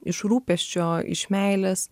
iš rūpesčio iš meilės